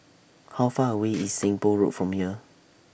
How Far away IS Seng Poh Road from here